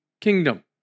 Kingdom